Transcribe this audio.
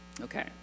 okay